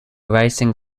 racing